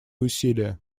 усилия